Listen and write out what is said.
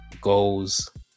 goals